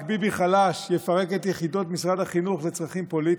רק ביבי חלש יפרק את יחידות משרד החינוך לצרכים פוליטיים,